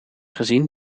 gezien